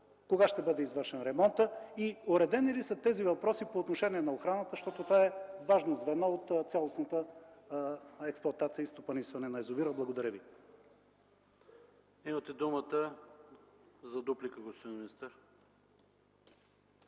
кога ще бъде извършен ремонтът и уредени ли са тези въпроси по отношение на охраната? Това е важно звено от цялостната експлоатация и стопанисване на язовира. Благодаря Ви. ПРЕДСЕДАТЕЛ ПАВЕЛ ШОПОВ: Имате думата за дуплика, господин министър.